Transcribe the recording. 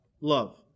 love